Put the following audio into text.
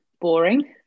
boring